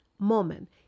moment